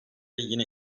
yine